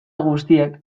guztiek